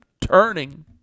turning